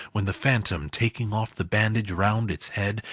when the phantom taking off the bandage round its head,